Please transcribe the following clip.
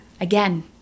again